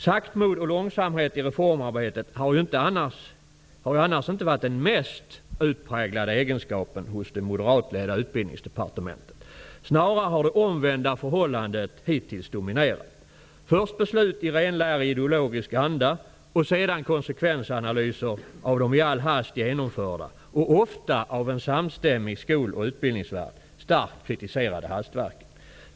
Saktmod och långsamhet i reformarbetet har ju annars inte varit den mest utpräglade egenskapen hos det moderatledda Utbildningsdepartementet. Snarare har det omvända förhållandet hittills dominerat. Först beslut i renlärig ideologisk anda, och sedan konsekvensanalyser av de i all hast genomförda och ofta av en samstämmig skol och utbildningsvärld starkt kritiserade hastverken.